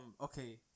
okay